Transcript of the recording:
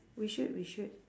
we should we should